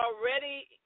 already